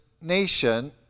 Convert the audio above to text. nation